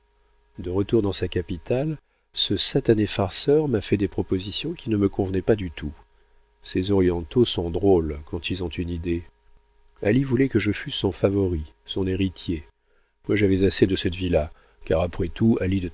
de retour dans sa capitale ce satané farceur m'a fait des propositions qui ne me convenaient pas du tout ces orientaux sont drôles quand ils ont une idée ali voulait que je fusse son favori son héritier moi j'avais assez de cette vie là car après tout